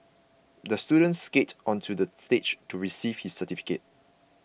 the student skated onto the stage to receive his certificate